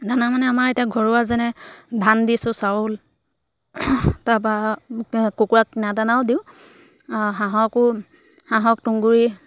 দানা মানে আমাৰ এতিয়া ঘৰুৱা যেনে ধান দিছোঁ চাউল তাৰপৰা কুকুৰা কিনাও দিওঁ হাঁহকো হাঁহক তুঁহগুৰি